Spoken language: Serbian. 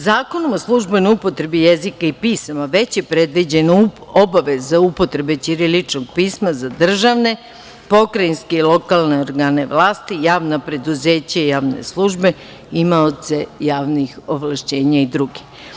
Zakonom o službenoj upotrebi jezika i pisma već je predviđena obaveza upotrebe ćiriličnog pisma za državne, pokrajinske i lokalne organe vlasti, javna preduzeća i javne službe, imaoce javnih ovlašćenja i druge.